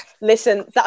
listen